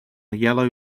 yellow